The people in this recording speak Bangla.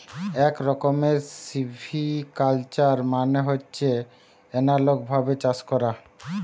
এক রকমের সিভিকালচার মানে হচ্ছে এনালগ ভাবে চাষ করা